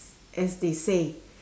as they say